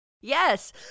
Yes